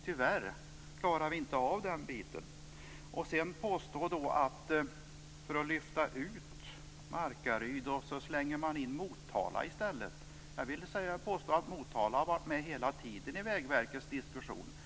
Tyvärr klarar ni inte av den biten. Sedan påstås att man för att lyfta ut Markaryd slänger in Motala i stället. Jag vill påstå att Motala har varit med hela tiden i Vägverkets diskussion.